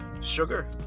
sugar